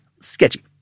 sketchy